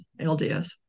LDS